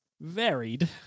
varied